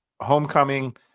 homecoming